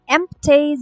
Empty